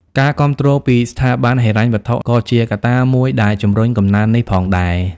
ការគាំទ្រពីស្ថាប័នហិរញ្ញវត្ថុ ក៏ជាកត្តាមួយដែលជំរុញកំណើននេះផងដែរ។